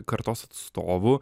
kartos atstovų